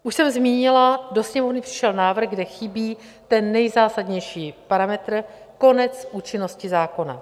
Už jsem zmínila, do Sněmovny přišel návrh, kde chybí ten nejzásadnější parametr, konec účinnosti zákona.